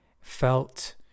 felt